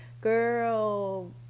girl